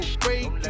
break